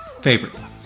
favorite